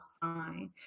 fine